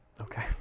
Okay